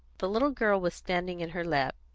the little girl was standing in her lap,